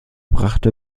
brachte